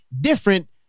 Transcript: different